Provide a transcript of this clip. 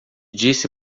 disse